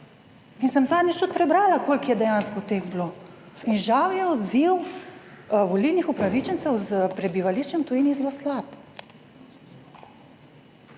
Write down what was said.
sem tudi prebrala koliko je dejansko teh bilo in žal je odziv volilnih upravičencev s prebivališčem v tujini zelo slab.